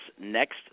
next